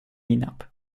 hinab